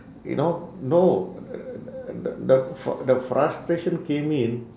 you know no the f~ the frustration came in